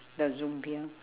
the zombie